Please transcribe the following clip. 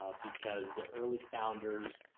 ah because the early founders.